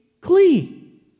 clean